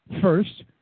first